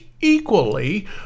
equally